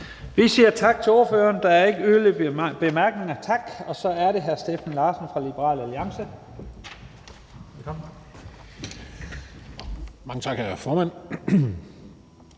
Vi siger tak til ordføreren. Der er ikke yderligere korte bemærkninger. Så er det hr. Steffen Larsen fra Liberal Alliance. Velkommen. Kl. 10:50 (Ordfører)